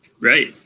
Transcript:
Right